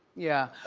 yeah,